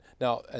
Now